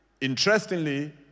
interestingly